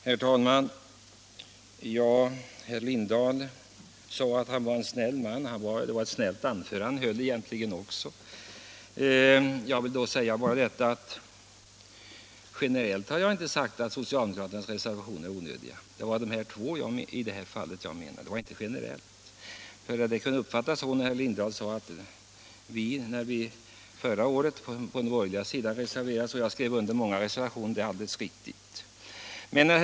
Herr talman! Herr Lindahl i Lidingö sade att han är en snäll man. Han höll också ett snällt anförande egentligen. Jag vill bara göra den anmärkningen, eftersom herr Lindahl erinrade om att vi på den borgerliga sidan också har reserverat oss i många frågor och att jag har skrivit under många reservationer, att jag inte har sagt att socialdemokraternas reservationer generellt är onödiga. Jag talade om de två som avgivits till det betänkande vi nu behandlar.